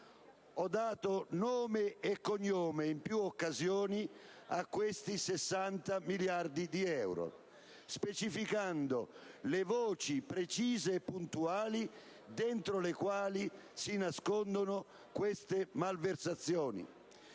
ho dato nome e cognome, in più occasioni, a detti 60 miliardi di euro, specificando le voci precise e puntuali dentro le quali si nascondono le malversazioni.